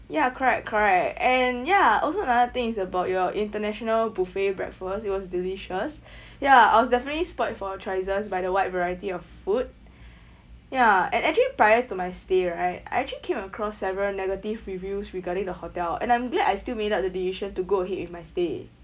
ya correct correct and ya also another thing is about your international buffet breakfast it was delicious ya I was definitely spoilt for choices by the wide variety of food ya and actually prior to my stay right I actually came across several negative reviews regarding the hotel and I'm glad I still made up the decision to go ahead with my stay